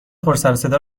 پرسرصدا